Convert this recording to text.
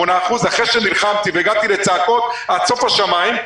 8%. אחרי שנלחמתי והגעתי לצעקות עד סוף השמיים,